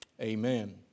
Amen